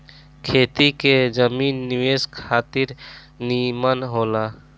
खेती के जमीन निवेश खातिर निमन होला